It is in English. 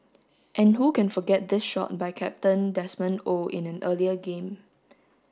and who can forget this shot by captain Desmond Oh in an earlier game